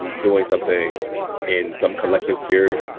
doing something in some collective spirit.